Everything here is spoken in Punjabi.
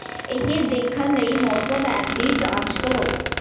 ਇਹ ਦੇਖਣ ਲਈ ਮੌਸਮ ਐਪ ਦੀ ਜਾਂਚ ਕਰੋ